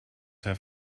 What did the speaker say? have